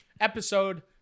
Episode